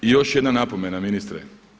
I još jedna napomena ministre.